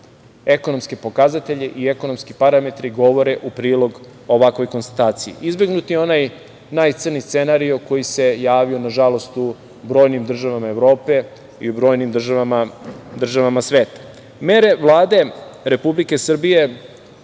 Ekonomski pokazatelji i ekonomski parametri govore u prilog ovakvoj konstataciji. Izbegnut je onaj najcrnji scenario koji se javio, nažalost, u brojnim državama Evrope i u brojnim državama sveta. Mere Vlade Republike Srbije